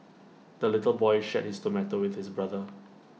the little boy shared his tomato with his brother